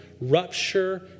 rupture